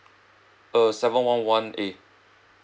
uh seven one one eight